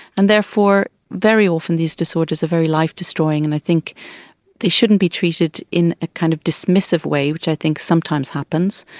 and therefore very often these disorders are very life destroying, and i think they shouldn't be treated in a kind of dismissive way, which i think sometimes happens.